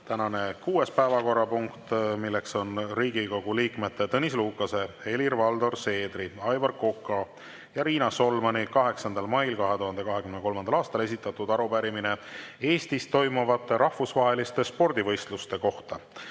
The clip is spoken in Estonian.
tänane kuues päevakorrapunkt: Riigikogu liikmete Tõnis Lukase, Helir-Valdor Seederi, Aivar Koka ja Riina Solmani 8. mail 2023. aastal esitatud arupärimine Eestis toimuvate rahvusvaheliste spordivõistluste kohta.